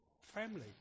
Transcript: family